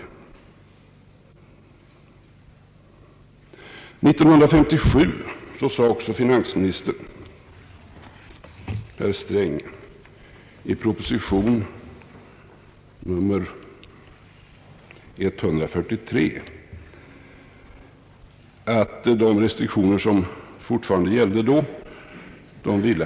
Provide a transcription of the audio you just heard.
År 1957 framhöll också finansminister Sträng i propositionen nr 143 att han inte ville ha kvar de restriktioner som då fortfarande gällde.